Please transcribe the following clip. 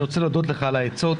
אני רוצה להודות לך על העצות,